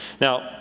Now